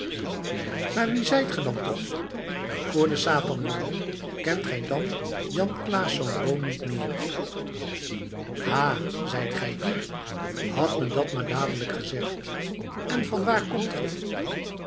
maar wie zijt ge dan toch voor den satan jongen kent gij dan jan claesz boon niet meer ha zijt gij die hadt me dat maar dadelijk gezegd en vanwaar komt ge